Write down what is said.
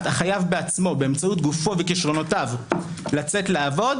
החייב בעצמו באמצעות גופו וכישרונותיו לצאת לעבוד,